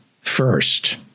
first